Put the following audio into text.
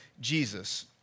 Jesus